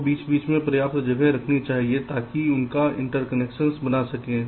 आपको बीच बीच में पर्याप्त जगह रखनी चाहिए ताकि आपका इंटरकनेक्शन बन सके